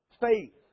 Faith